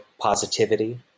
positivity